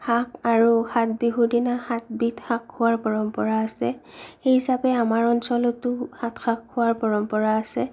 শাক আৰু সাত বিহুৰ দিনা সাত বিধ শাক খোৱাৰ পৰম্পৰা আছে সেই হিচাপে আমাৰ অঞ্চলতো সাত শাক খোৱাৰ পৰম্পৰা আছে